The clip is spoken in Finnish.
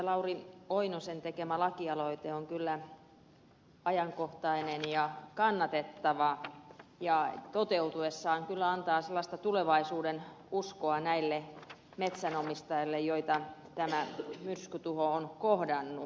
lauri oinosen tekemä lakialoite on kyllä ajankohtainen ja kannatettava ja toteutuessaan kyllä antaa sellaista tulevaisuudenuskoa näille metsänomistajille joita tämä myrskytuho on kohdannut